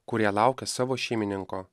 kurie laukia savo šeimininko